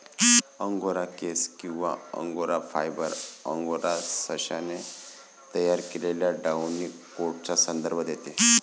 angora केस किंवा angora fibre, angora सशाने तयार केलेल्या डाउनी कोटचा संदर्भ देते